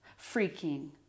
freaking